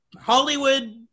hollywood